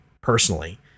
personally